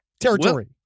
territory